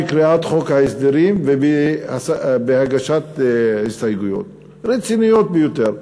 בקריאת חוק ההסדרים ובהגשת הסתייגויות רציניות ביותר.